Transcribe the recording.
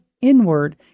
inward